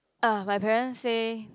ah my parents say